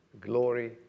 glory